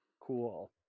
cool